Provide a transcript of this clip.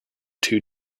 two